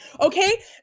Okay